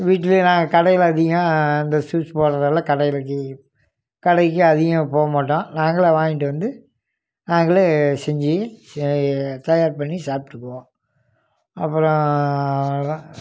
வீட்லேயே நாங்கள் கடையில் அதிகம் அந்த ஜூஸ் போடுறதெல்லாம் கடையிலக்கு கடைக்கு அதிகம் போகமாட்டோம் நாங்களாக வாங்கிட்டு வந்து நாங்களே செஞ்சு தயார் பண்ணி சாப்பிட்டுக்குவோம் அப்புறம் அவ்வளோ தான்